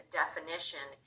definition